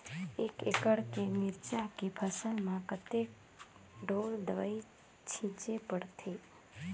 एक एकड़ के मिरचा के फसल म कतेक ढोल दवई छीचे पड़थे?